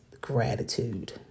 gratitude